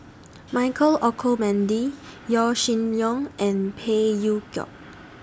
Michael Olcomendy Yaw Shin Leong and Phey Yew Kok